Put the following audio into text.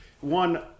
one